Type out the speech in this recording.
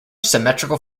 symmetrical